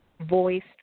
voiced